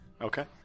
Okay